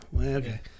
okay